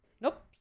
Nope